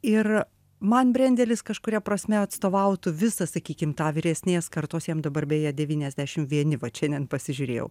ir man brendelis kažkuria prasme atstovautų visą sakykim tą vyresnės kartos jam dabar beje devyniasdešim vieni vat šiandien pasižiūrėjau